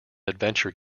adventure